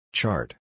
Chart